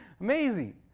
Amazing